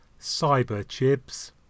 Cyberchips